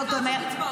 סתם להגיד.